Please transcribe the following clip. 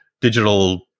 digital